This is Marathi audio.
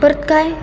परत काय